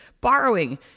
borrowing